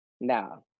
No